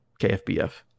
KFBF